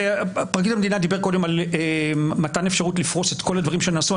פרקליט המדינה דיבר קודם על מנת אפשרות לפרוס את כל הדברים שנעשו,